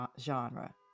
genre